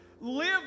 live